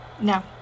No